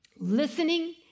Listening